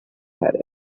had